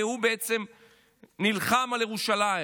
והוא בעצם נלחם על ירושלים,